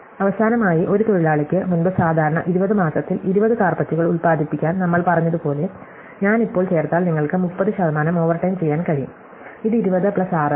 അവസാനമായി ഒരു തൊഴിലാളിയ്ക്ക് മുമ്പ് സാധാരണ 20 മാസത്തിൽ 20 കാര്പെറ്റുകൾ ഉത്പാദിപ്പിക്കാൻ നമ്മൾ പറഞ്ഞതുപോലെ ഞാൻ ഇപ്പോൾ ചേർത്താൽ നിങ്ങൾക്ക് 30 ശതമാനം ഓവർടൈം ചെയ്യാൻ കഴിയും ഇത് 20 പ്ലസ് 6 ആണ്